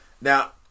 Now